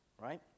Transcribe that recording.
right